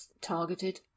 targeted